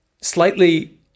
slightly